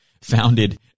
founded